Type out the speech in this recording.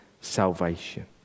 salvation